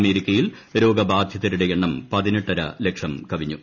അമേരിക്കയിൽ രോഗബാധിതരുടെ എണ്ണം പതിനെട്ടര ലക്ഷം കവിഞ്ഞു